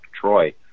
Troy